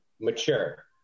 mature